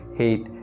hate